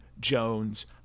Jones